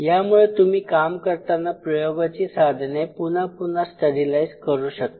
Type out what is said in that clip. यामुळे तुम्ही काम करताना प्रयोगाची साधने पुन्हा पुन्हा स्टरीलाईज करू शकता